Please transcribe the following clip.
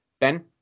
Ben